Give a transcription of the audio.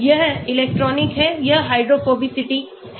यह इलेक्ट्रॉनिक है यह हाइड्रोफोबिसिटी है